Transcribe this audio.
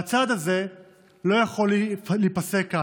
הצעד הזה לא יכול להיפסק כאן.